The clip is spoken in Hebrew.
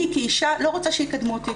אני כאישה לא רוצה שיקדמו אותי,